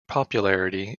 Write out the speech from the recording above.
popularity